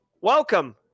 Welcome